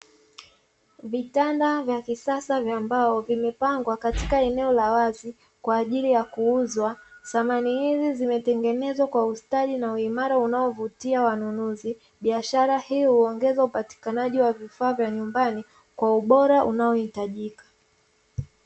Vitanda vya kisasa vya mbao, vimepangwa katika eneo la wazi kwa ajili ya kuuzwa. Samani hizi zimetengenezwa kwa ustadi na uimara unaovutia wanunuzi. Biashara hii huongeza upatikanaji wa vifaa vya nyumbani kwa ubora unaohitajika.